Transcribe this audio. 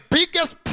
biggest